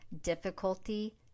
difficulty